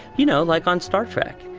you know, like on star trek.